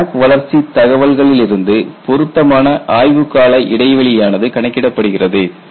crack வளர்ச்சி தகவல்களிலிருந்து பொருத்தமான ஆய்வு கால இடைவெளியானது கணக்கிடப்படுகிறது